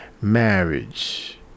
marriage